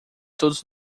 todos